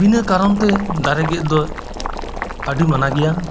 ᱵᱤᱱᱟᱹ ᱠᱟᱨᱚᱱ ᱛᱮ ᱫᱟᱨᱮ ᱜᱮᱫ ᱫᱚ ᱟᱹᱰᱤ ᱢᱟᱱᱟ ᱜᱮᱭᱟ